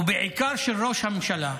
ובעיקר, של ראש הממשלה.